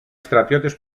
στρατιώτες